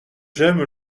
j’aime